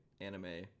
anime